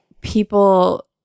people